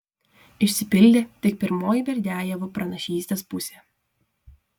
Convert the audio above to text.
išsipildė tik pirmoji berdiajevo pranašystės pusė